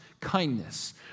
kindness